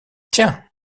tiens